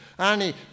Annie